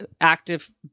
active